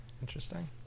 Interesting